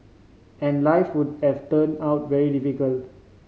and life would have turn out very difficult